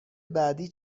بعدی